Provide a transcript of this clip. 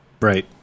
Right